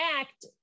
act